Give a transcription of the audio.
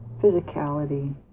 physicality